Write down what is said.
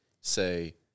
say